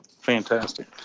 Fantastic